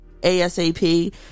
ASAP